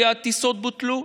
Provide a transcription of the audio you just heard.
כי הטיסות בוטלו,